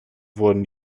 wurden